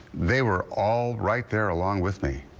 they were all right there along with me.